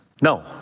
no